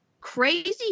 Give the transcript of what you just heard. crazy